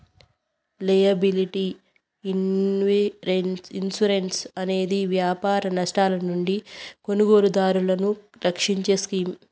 liability insurance అనేది వ్యాపార నష్టాల నుండి కొనుగోలుదారులను రక్షించే స్కీమ్